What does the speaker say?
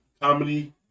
comedy